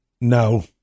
no